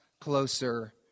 closer